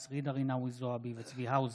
אחמד טיבי וטטיאנה מזרסקי בנושא: